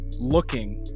looking